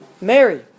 Mary